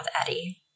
Eddie